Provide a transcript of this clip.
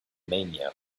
mania